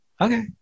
okay